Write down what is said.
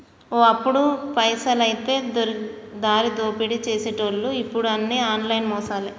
ఓ అప్పుడు పైసలైతే దారిదోపిడీ సేసెటోళ్లు ఇప్పుడు అన్ని ఆన్లైన్ మోసాలే